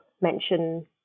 mention